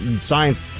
science